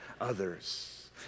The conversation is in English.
others